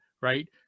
right